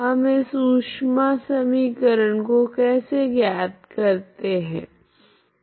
हम इस ऊष्मा समीकरण को कैसे ज्ञात करते है